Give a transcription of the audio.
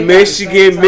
Michigan